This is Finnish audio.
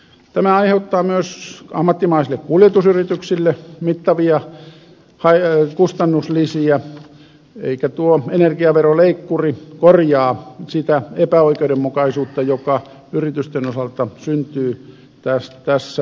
tämä aiheuttaa myös ammattimaisille kuljetusyrityksille mittavia kustannuslisiä eikä tuo energiaveroleikkuri korjaa sitä epäoikeudenmukaisuutta joka yritysten osalta muodostuu tässä yhä vakavammaksi